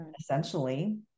essentially